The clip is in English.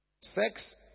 sex